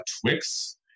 Twix